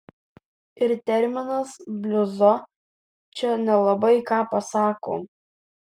ir terminas bliuzo čia nelabai ką pasako